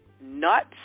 nuts